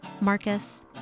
Marcus